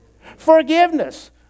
Forgiveness